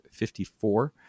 54